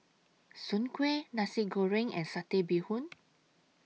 Soon Kueh Nasi Goreng and Satay Bee Hoon